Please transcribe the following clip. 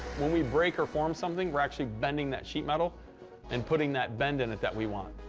when we break or form something, we're actually bending that sheet metal and putting that bend in it that we want.